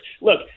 Look